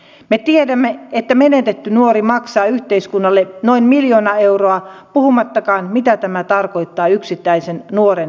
me tiedämme että menetetty nuori maksaa yhteiskunnalle noin miljoona euroa puhumattakaan siitä mitä tämä tarkoittaa yksittäisen nuoren elämässä